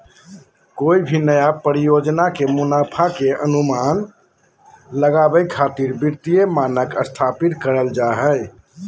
कोय भी नया परियोजना के मुनाफा के अनुमान लगावे खातिर वित्तीय मानक स्थापित करल जा हय